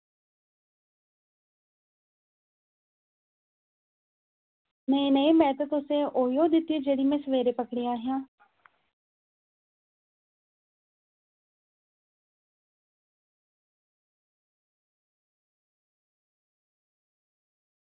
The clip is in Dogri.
नेईं नेईं में ते तुसेंगी ओइयो दित्ती जेह्ड़ी में सवेरे पकड़ियां हियां